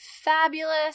fabulous